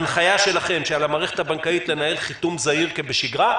הנחיה שלכם היא שעל המערכת הבנקאית לנהל חיתום זהיר כבשגרה.